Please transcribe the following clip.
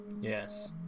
yes